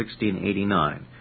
1689